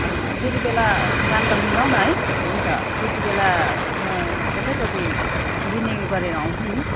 त्यति बेला दामकाम मिलाउँ न है हुन्छ त्यति बेला म एकैचोटि लिने गरेर आउँछु नि